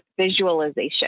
visualization